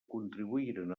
contribuïren